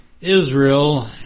Israel